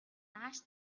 нааш